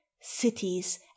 cities